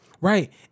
Right